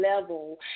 level